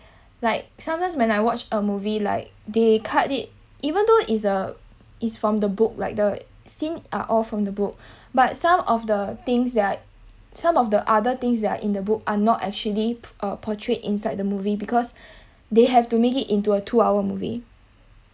like sometimes when I watch a movie like they cut it even though is a is from the book like the scene are all from the book but some of the things that are like some of the other things that are in the book are not actually uh portrayed inside the movie because they have to make it into a two hour movie